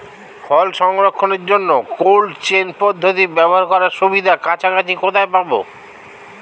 ফল সংরক্ষণের জন্য cold chain পদ্ধতি ব্যবহার করার সুবিধা কাছাকাছি কোথায় পাবো?